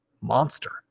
monster